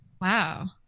Wow